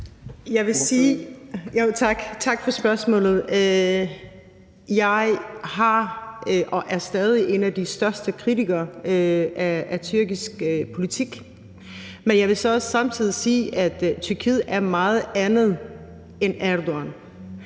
Tak for spørgsmålet. Jeg har været og er stadig en af de største kritikere af tyrkisk politik. Men jeg vil så også samtidig sige, at Tyrkiet er meget andet end Erdogan.